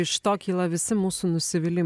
iš to kyla visi mūsų nusivylim